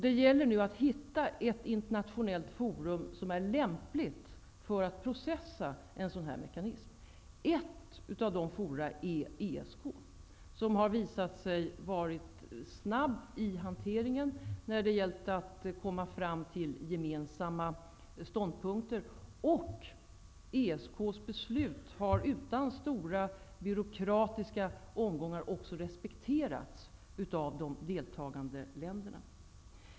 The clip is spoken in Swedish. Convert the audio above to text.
Det gäller nu att hitta ett internationellt forum som är lämpligt för att processa en sådan här mekanism. Ett sådant forum är ESK, som har visat sig vara snabb i hanteringen när det gällt att komma fram till gemensamma ståndpunkter. ESK:s beslut har utan stora byråkratiska omgångar också respekterats av de deltagande länderna.